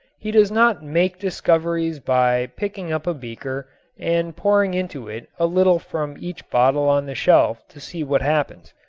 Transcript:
he does not make discoveries by picking up a beaker and pouring into it a little from each bottle on the shelf to see what happens.